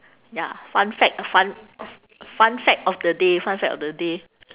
ya fun fact fun of fun fact of the day fun fact of the day